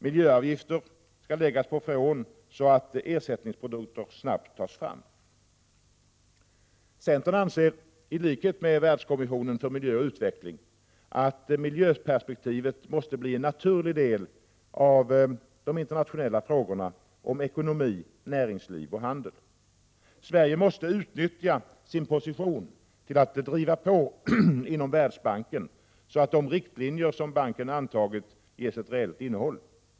Miljöavgifter skall läggas på freon, så att ersättningsprodukter snabbt tas fram. Centern anser i likhet med Världskommissionen för miljö och utveckling att miljöperspektivet måste bli en naturlig del av de internationella frågorna om ekonomi, näringsliv och handel. Sverige måste utnyttja sin position till att driva på inom Världsbanken, så att de riktlinjer som banken antagit ges ett reellt innehåll.